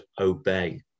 obey